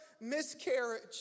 miscarriage